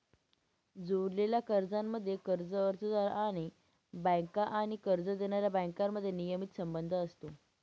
जोडलेल्या कर्जांमध्ये, कर्ज अर्जदार आणि बँका आणि कर्ज देणाऱ्या बँकांमध्ये नियमित संबंध असतो